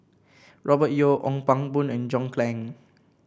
Robert Yeo Ong Pang Boon and John Clang